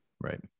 right